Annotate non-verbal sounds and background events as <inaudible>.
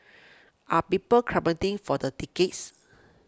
are people <unintelligible> for the tickets